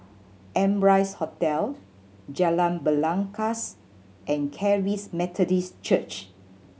Amrise Hotel Jalan Belangkas and Charis Methodist Church